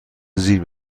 زیر